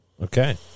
okay